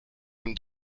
dem